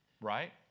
right